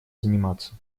заниматься